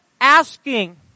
asking